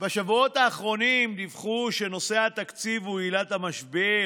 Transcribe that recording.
בשבועות האחרונים דיווחו שנושא התקציב הוא עילת המשבר,